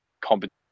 competition